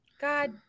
God